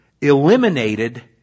eliminated